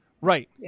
Right